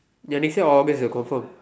ya next year August is a confirm